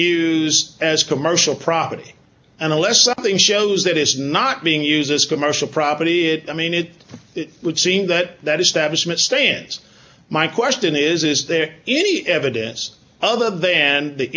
used as commercial property and unless something shows that it's not being used as commercial property it i mean it would seem that that establishment stance my question is is there any evidence other than the